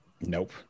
Nope